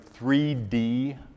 3D